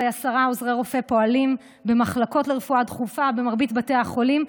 עוזרי רופא שפועלים במחלקות לרפואה דחופה במרבית בתי החולים,